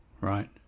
right